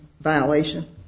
violation